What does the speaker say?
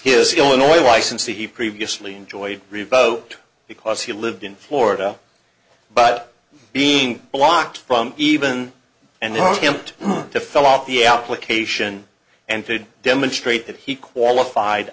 his illinois license he previously enjoyed revoked because he lived in florida but being blocked from even and he can't to fill out the application and to demonstrate that he qualified